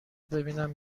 ببینم